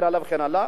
וכן הלאה,